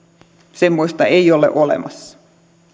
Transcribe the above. semmoista ei ole olemassa